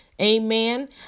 Amen